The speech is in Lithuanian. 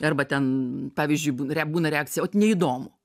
arba ten pavyzdžiui būna re būna reakcija ot neįdomu